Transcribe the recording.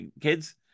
Kids